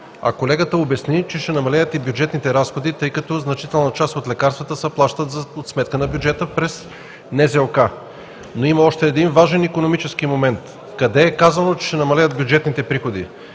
а колегата обясни, че ще намалеят и бюджетните разходи, тъй като значителна част от лекарствата се плащат за сметка на бюджета през НЗОК. Но има още един важен икономически момент: къде е казано, че ще намалеят бюджетните приходи?